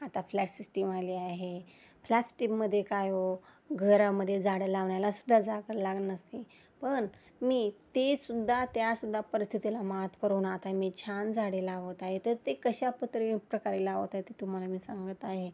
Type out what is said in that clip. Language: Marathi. आता फ्लॅट सिस्टीम आली आहे फ्लॅट स्टीममध्ये काय हो घरामध्ये झाडं लावण्यालासुद्धा जागा लागत नसते पण मी ते सुद्धा त्यासुद्धा परिस्थितीला मात करून आता आहे मी छान झाडे लावत आहे तर ते कशापत्र प्रकारे लावत आहे ते तुम्हाला मी सांगत आहे